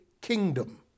kingdom